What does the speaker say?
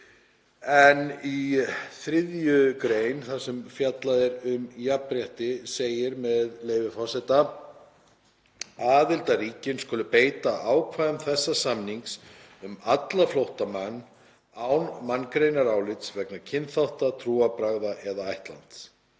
hann. Í 3. gr., þar sem fjallað er um jafnrétti, segir, með leyfi forseta: „Aðildarríkin skulu beita ákvæðum þessa samnings um alla flóttamenn, án manngreinarálits vegna kynþátta, trúarbragða eða ættlands.“